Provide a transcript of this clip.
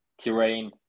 terrain